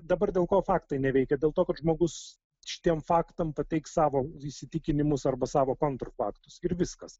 dabar dėl ko faktai neveikia dėl to kad žmogus šitiem faktam pateiks savo įsitikinimus arba savo kontr faktus ir viskas